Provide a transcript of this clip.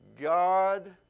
God